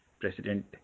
President